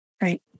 Right